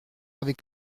avec